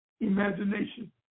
imagination